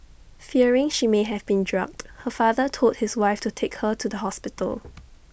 fearing she may have been drugged her father told his wife to take her to the hospital